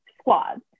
squads